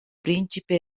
principe